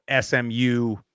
SMU